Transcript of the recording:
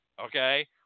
Okay